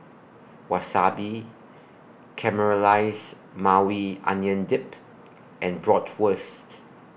Wasabi Caramelized Maui Onion Dip and Bratwurst